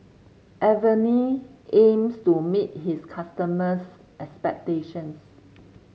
Avene aims to meet its customers' expectations